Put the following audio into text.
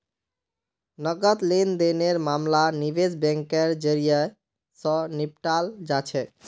नकद लेन देनेर मामला निवेश बैंकेर जरियई, स निपटाल जा छेक